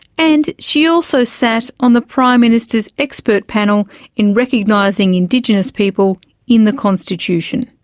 and she also sat on the prime minister's expert panel in recognising indigenous people in the constitution.